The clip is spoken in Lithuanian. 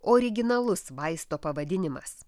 originalus vaisto pavadinimas